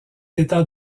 état